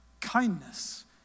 kindness